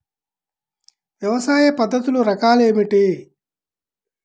వ్యవసాయ పద్ధతులు రకాలు ఏమిటి?